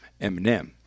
Eminem